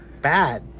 bad